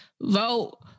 vote